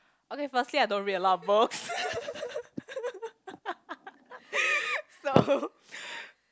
okay firstly I don't read a lot of books so